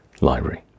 library